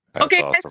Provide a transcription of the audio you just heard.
Okay